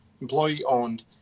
employee-owned